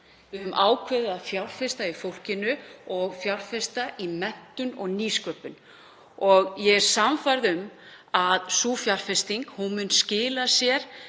að fjárfesta í fólki og fjárfesta í menntun og nýsköpun. Ég er sannfærð um að sú fjárfesting mun skila sér